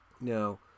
now